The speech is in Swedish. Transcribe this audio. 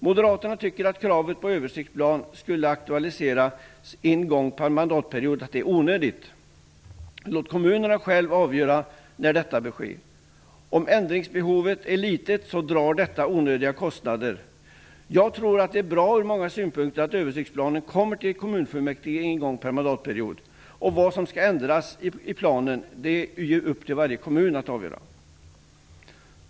Moderaterna tycker att kravet på att översiktsplanen skall aktualiseras en gång per mandatperiod är onödigt. De anser att man skall låta kommunerna själva avgöra när detta bör ske. Om ändringsbehovet är litet drar detta onödiga kostnader. Jag tror att det är bra ur många synpunkter att översiktsplanen kommer till kommunfullmäktige en gång per mandatperiod. Vad som skall ändras i planen är ju upp till varje kommun att avgöra.